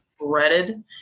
threaded